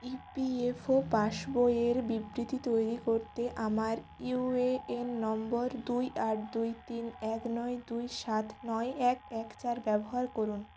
ই P F O পাসবইয়ের বিবৃতি তৈরি করতে আমার ইউ এ এন নম্বর দুই আট দুই তিন এক নয় দুই সাত নয় এক এক চার ব্যবহার করুন